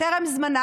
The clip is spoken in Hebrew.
טרם זמנה.